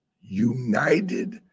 United